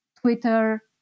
Twitter